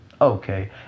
Okay